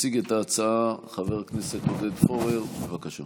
יציג את ההצעה חבר הכנסת עודד פורר, בבקשה.